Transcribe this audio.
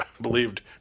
believed